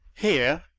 here!